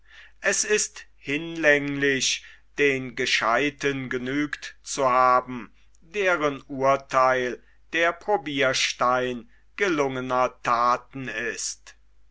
es sei hinlänglich den gescheuten genügt zu haben deren urtheil der probirstein gelungener thaten ist